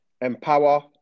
empower